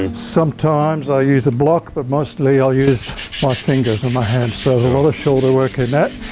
and sometimes i use a block, but mostly i'll use my fingers and my hands. so a lot of shoulder work in that.